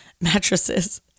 mattresses